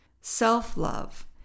self-love